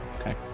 Okay